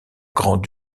grand